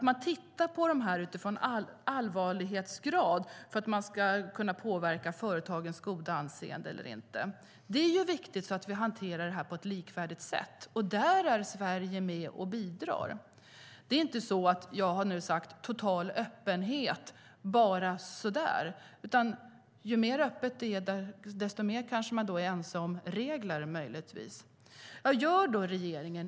Man tittar på detta utifrån allvarlighetsgrad för att man ska kunna påverka företagens goda anseende eller inte. Det är viktigt att vi hanterar detta på ett likvärdigt sätt. Där är Sverige med och bidrar. Det är inte så att jag nu har sagt att det ska råda total öppenhet bara så där. Ju mer öppet det är, desto mer ense är man möjligtvis om regler. Vad gör då regeringen?